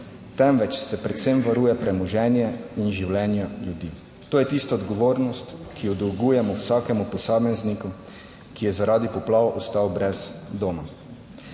temveč se predvsem varuje premoženje in življenja ljudi. To je tista odgovornost, ki jo dolgujemo vsakemu posamezniku, ki je zaradi poplav ostal brez doma.